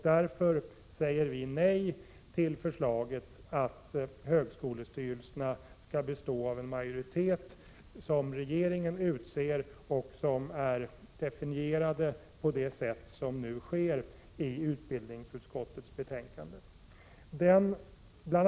Därför säger vi nej till förslaget att högskolestyrelserna skall bestå av en majoritet som regeringen utser och som är definierad på det sätt som nu föreslås i utbildningsutskottets betänkande. Bl.